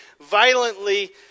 violently